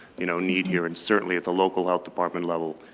you know, need here and certainly at the local health department level.